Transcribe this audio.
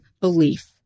belief